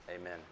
Amen